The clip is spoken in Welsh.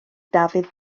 dafydd